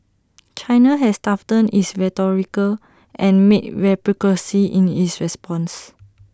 China has toughened its rhetoric and made reciprocity in its response